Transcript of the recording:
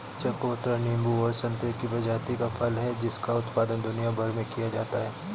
चकोतरा नींबू और संतरे की प्रजाति का फल है जिसका उत्पादन दुनिया भर में किया जाता है